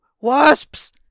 Wasps